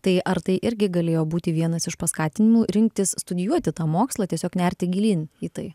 tai ar tai irgi galėjo būti vienas iš paskatinimų rinktis studijuoti tą mokslą tiesiog nerti gilyn į tai